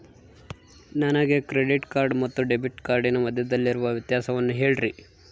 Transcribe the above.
ನನಗೆ credit card ಮತ್ತು debit ಕಾರ್ಡಿನ ಮಧ್ಯದಲ್ಲಿರುವ ವ್ಯತ್ಯಾಸವನ್ನು ಹೇಳ್ರಿ?